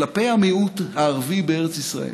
כלפי המיעוט הערבי בארץ ישראל,